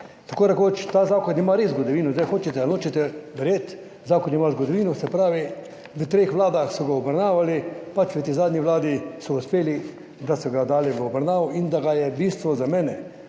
Tako rekoč ta zakon ima res zgodovino, zdaj hočete ali nočete verjeti, zakon ima zgodovino. Se pravi, v treh vladah so ga obravnavali, pač v tej zadnji vladi so ga uspeli, da so ga dali v obravnavo in da ga je, bistvo za mene